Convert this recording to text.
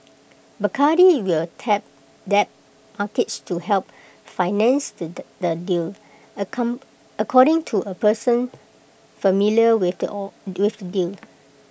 Bacardi will tap debt markets to help finance the the deal according to A person familiar with the all with the deal